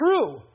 true